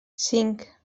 cinc